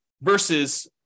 versus